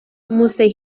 musste